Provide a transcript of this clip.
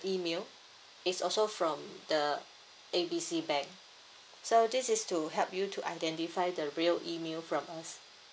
email is also from the A B C bank so this is to help you to identify the real email from us